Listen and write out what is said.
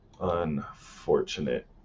Unfortunate